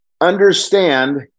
Understand